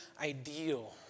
ideal